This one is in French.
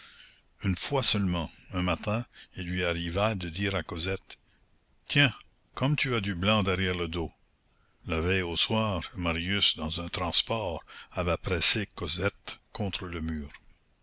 une fois seulement un matin il lui arriva de dire à cosette tiens comme tu as du blanc derrière le dos la veille au soir marius dans un transport avait pressé cosette contre le mur